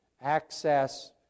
access